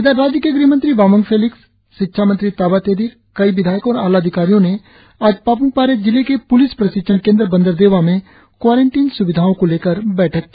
इधर राज्य के गृहमंत्री बामंग फेलिक्स शिक्षा मंत्री ताबा तेदिर कई विधायको और आलाधिकारियों ने आज पाप्मपारे जिले के प्लिस प्रशिक्षण केंद्र बंदरदेवा में क्वारेनटिन स्विधाओ को लेकर बैठक की